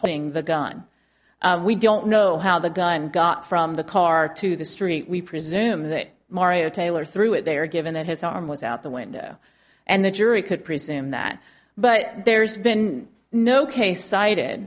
putting the gun we don't know how the gun got from the car to the street we presume that mario taylor through it there given that his arm was out the window and the jury could presume that but there's been no case cited